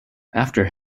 after